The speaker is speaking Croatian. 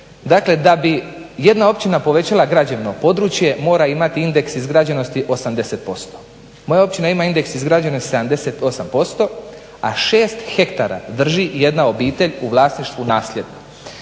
Dakle da bi jedna općina povećala građevno područje mora imati indeks izgrađenosti 80%. Moja općina ima indeks izgrađenosti 78%, a 6 hektara drži jedna obitelj u vlasništvu nasljedno.